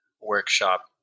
workshop